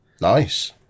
Nice